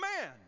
man